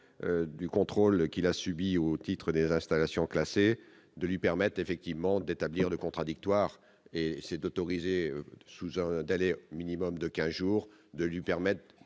du contrôle qu'il a subit au titre des installations classées de lui permettent effectivement d'établir le contradictoire et ses d'autoriser sous d'aller au minimum de 15 jours de lui permettent